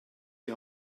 die